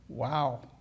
Wow